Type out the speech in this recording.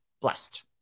blessed